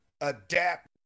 adapt